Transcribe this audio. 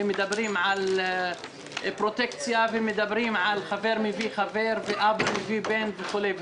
ומדברים על פרוטקציה ועל חבר מביא חבר ועל אבא מביא בן וכו'.